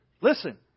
Listen